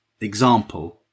example